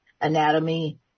anatomy